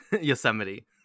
Yosemite